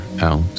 out